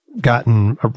gotten